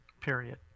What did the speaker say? period